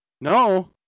No